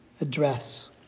address